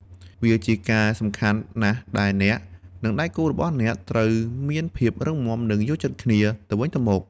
វាជាការសំខាន់ណាស់ដែលអ្នក និងដៃគូរបស់អ្នកត្រូវមានភាពរឹងមាំ និងយល់ចិត្តគ្នាទៅវិញទៅមក។